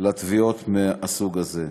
לתביעות מהסוג הזה.